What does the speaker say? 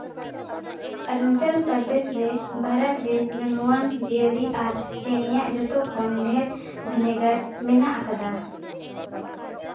ᱚᱨᱩᱱᱟᱪᱚᱞ ᱯᱨᱚᱫᱮᱥ ᱨᱮ ᱵᱷᱟᱨᱚᱛ ᱨᱮᱱ ᱱᱩᱱᱩᱣᱟᱱ ᱡᱤᱭᱟᱹᱞᱤ ᱟᱨ ᱪᱮᱬᱮᱭᱟᱜ ᱡᱚᱛᱚ ᱠᱷᱚᱱ ᱰᱷᱮᱹᱨ ᱵᱷᱮᱱᱮᱜᱟᱨ ᱢᱮᱱᱟᱜ ᱟᱠᱟᱫᱟ